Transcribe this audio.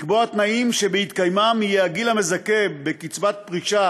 לקבוע תנאים שבהתקיימם יהיה הגיל המזכה בקצבת פרישה